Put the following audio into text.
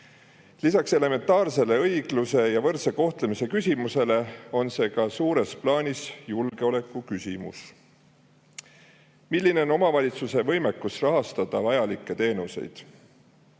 Lisaks elementaarsele õigluse ja võrdse kohtlemise küsimusele on suures plaanis ka julgeoleku küsimus, milline on omavalitsuse võimekus rahastada vajalikke teenuseid. Eesti